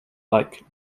like